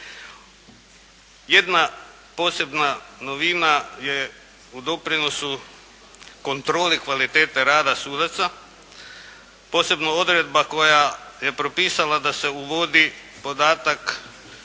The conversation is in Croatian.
Jedna posebna novina je u doprinosu kontrole kvalitete rada sudaca. Posebno odredba koja je propisala da se uvodi podatak